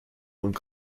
und